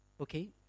okay